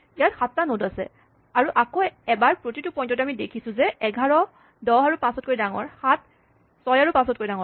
ইয়াত সাতটা নড আছে আৰু আকৌ এবাৰ প্ৰতিটো পইন্টতে আমি দেখিছোঁ যে ১১ ১০ আৰু ৫ তকৈ ডাঙৰ ৭ ৬ আৰু ৫ তকৈ ডাঙৰ